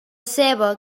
ceba